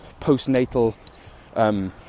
postnatal